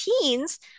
teens